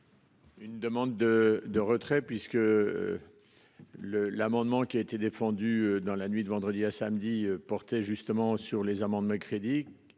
Une demande de retrait puisque. Le, l'amendement qui a été défendu dans la nuit de vendredi à samedi portait justement sur les amendes ma crédits